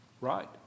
Right